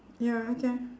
ya okay